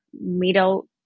middle